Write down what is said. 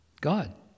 God